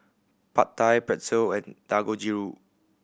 Pad Thai Pretzel and Dangojiru